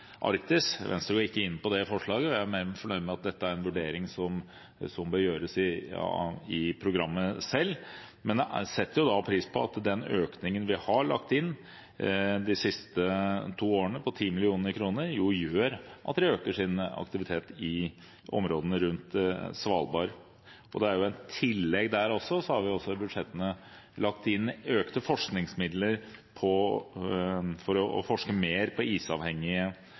Arktis. Venstre går ikke inn på det forslaget, men vi er fornøyd med at dette er en vurdering som bør gjøres i programmet selv. Men jeg setter pris på at den økningen på 10 mill. kr vi har lagt inn de siste to årene, jo gjør at de øker sin aktivitet i områdene rundt Svalbard. I tillegg har vi i budsjettene lagt inn økte forskningsmidler for å forske mer på isavhengige